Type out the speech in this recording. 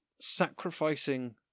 sacrificing